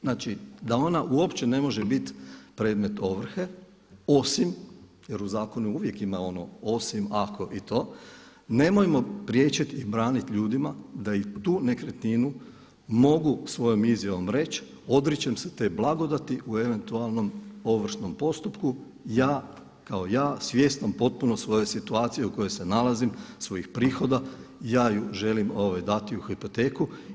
Znači, da ona uopće ne može biti predmet ovrhe osim, jer u zakonu uvijek ima ono osim, ako i to, nemojmo priječiti i braniti ljudima da i tu nekretninu mogu svojom izjavom reći odričem se te blagodati u eventualnom ovršnom postupku ja kao ja svjestan potpuno svoje situacije u kojoj se nalazim, svojih prihoda ja je želim dati u hipoteku.